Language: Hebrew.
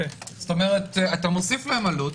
אתה מוסיף להם עלות.